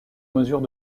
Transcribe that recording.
mesure